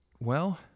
well